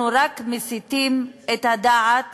אנחנו רק מסיטים את הדעת